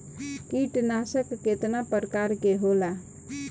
कीटनाशक केतना प्रकार के होला?